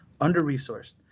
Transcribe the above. under-resourced